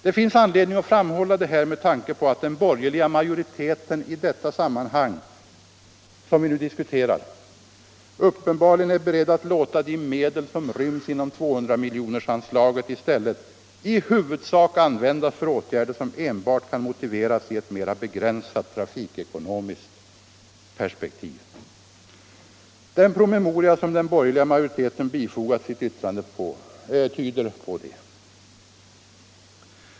Det finns anledning att framhålla detta med tanke på att den borgerliga majoriteten i detta sammanhang uppenbarligen är beredd att låta de medel som ryms inom 200-miljonersanslaget i stället i huvudsak användas för åtgärder som enbart kan motiveras i ett mera begränsat trafikekonomiskt perspektiv. Den promemoria som den borgerliga majoriteten bifogat sitt yttrande tyder härpå.